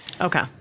Okay